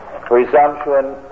presumption